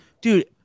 Dude